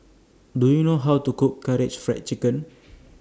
Do YOU know How to Cook Karaage Fried Chicken